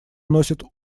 носят